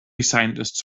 scientists